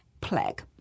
plague